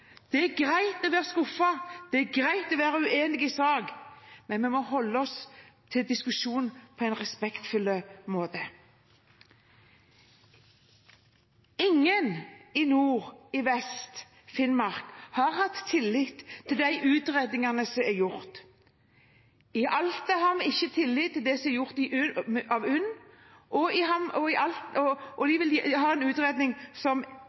Det er greit å være skuffet. Det er greit å være uenig i sak, men vi må holde oss til diskusjonen på en respektfull måte. Ingen i Vest-Finnmark har hatt tillit til de utredningene som er gjort. I Alta har en ikke tillit til det som er gjort av UNN, og de vil ha den utredningen som de selv har betalt for. Den har ikke befolkningen i Hammerfest tillit til. Kristelig Folkeparti hadde i